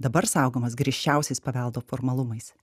dabar saugomas griežčiausiais paveldo formalumais